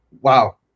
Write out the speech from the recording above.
wow